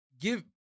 give